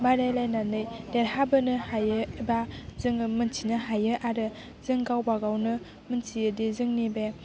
बादायलायनानै देरहाबोनो हायो एबा जोङो मोनथिनो हायो आरो जों गावबा गावनो मोनथियोदि जोंनि बे